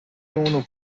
اونو